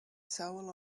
soul